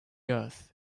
earth